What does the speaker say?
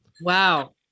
Wow